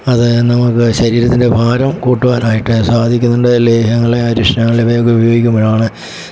അത് നമുക്ക് ശരീരത്തിന്റെ ഭാരം കൂട്ടുവാനായിട്ട് സാധിക്കുന്നുണ്ട് ലേഹ്യങ്ങൾ അരിഷ്ടങ്ങൾ ഇവയൊക്കെ ഉപയോഗിക്കുമ്പോഴാണ്